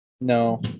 No